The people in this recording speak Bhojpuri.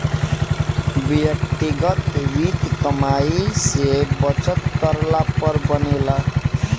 व्यक्तिगत वित्त कमाई से बचत करला पर बनेला